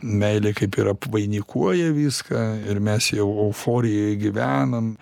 meilė kaip ir apvainikuoja viską ir mes jau euforijoj gyvenam